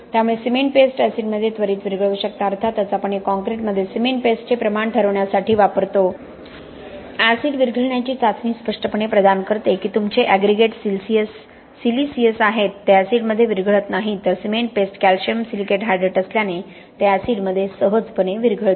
त्यामुळे cement paste एसीडमध्ये त्वरीत विरघळवू शकता अर्थातच आपण हे कॉंक्रिटमध्ये सिमेंट पेस्टचे प्रमाण ठरवण्यासाठी वापरतो एसीड विरघळण्याची चाचणी स्पष्टपणे प्रदान करते की तुमचे अग्रिगेट सिलिसियस आहेत ते एसीड मध्ये विरघळत नाहीत तर cement paste calcium silicate hydrate असल्याने ते ऍसिडमध्ये सहजपणे विरघळते